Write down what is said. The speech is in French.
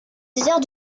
désert